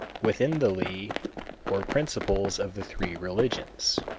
within the li or principles of the three religions.